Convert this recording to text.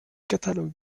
catalogue